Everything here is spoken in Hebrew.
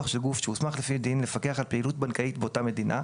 של גוף שהוסמך לפי דין לפקח על פעילות בנקאית באותה מדינה,